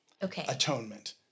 atonement